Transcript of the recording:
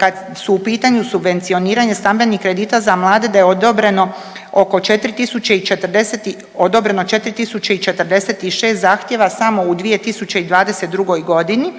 Kad su u pitanju subvencioniranje stambenih kredita za mlade, da je odobreno oko 4046 zahtjeva samo u 2022. g.,